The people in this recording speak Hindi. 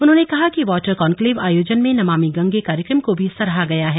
उन्होंने कहा कि वॉटर कॉन्क्लेव आयोजन में नमामि गंगे कार्यक्रम को भी सराहा गया है